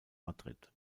madrid